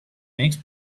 makes